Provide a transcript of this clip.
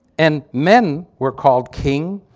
and men were called king,